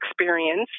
experience